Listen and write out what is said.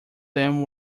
them